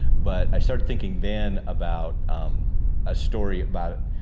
but i started thinking then about a story about.